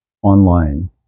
online